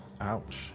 Ouch